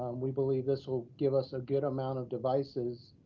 we believe this will give us a good amount of devices.